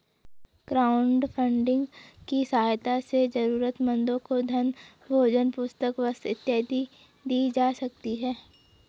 crowdfunding की सहायता से जरूरतमंदों को धन भोजन पुस्तक वस्त्र इत्यादि दी जा सकती है